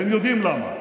והם יודעים למה.